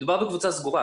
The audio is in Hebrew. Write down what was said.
מדובר בקבוצה סגורה.